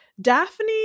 Daphne